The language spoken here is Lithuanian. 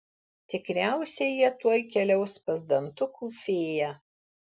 tikriausiai jie tuoj keliaus pas dantukų fėją